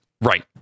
Right